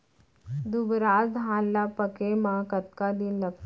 दुबराज धान ला पके मा कतका दिन लगथे?